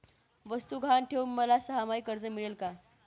वस्तू गहाण ठेवून मला सहामाही कर्ज मिळेल का?